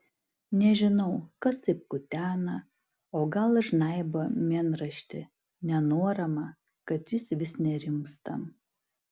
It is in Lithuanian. nežinau kas taip kutena o gal žnaibo mėnraštį nenuoramą kad jis vis nerimsta